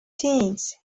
things